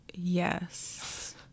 Yes